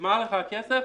נגמר לך הכסף,